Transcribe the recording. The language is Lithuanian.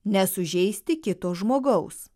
nesužeisti kito žmogaus